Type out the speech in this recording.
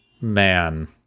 man